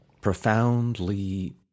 profoundly